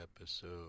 episode